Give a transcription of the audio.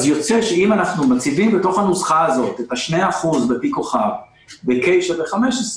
יוצא שאם אנחנו מציבים בתוך הנוסחה הזאת את ה-2% ב-*P ו-K שווה 15,